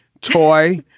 toy